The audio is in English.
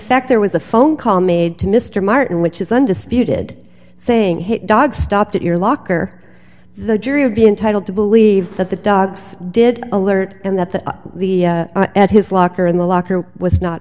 fact there was a phone call made to mr martin which is undisputed saying his dogs stopped at your locker the jury of the entitled to believe that the dogs did alert and that the the at his locker in the locker was not